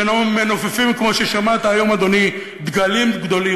שמנופפים, כמו ששמעת היום, אדוני, דגלים גדולים.